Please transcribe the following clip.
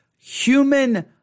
Human